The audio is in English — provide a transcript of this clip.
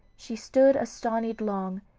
she stood astonied long,